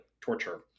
torture